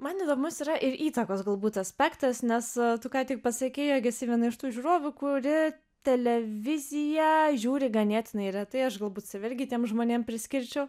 man įdomus yra ir įtakos galbūt aspektas nes tu ką tik pasakei jog esi viena iš tų žiūrovų kuri televiziją žiūri ganėtinai retai aš galbūt save irgi tiem žmonėm priskirčiau